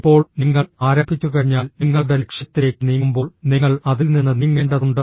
ഇപ്പോൾ നിങ്ങൾ ആരംഭിച്ചുകഴിഞ്ഞാൽ നിങ്ങളുടെ ലക്ഷ്യത്തിലേക്ക് നീങ്ങുമ്പോൾ നിങ്ങൾ അതിൽ നിന്ന് നീങ്ങേണ്ടതുണ്ട്